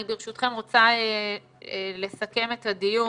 ברשותכם אני רוצה לסכם את הדיון.